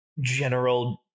general